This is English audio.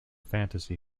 fantasy